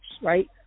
right